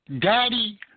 daddy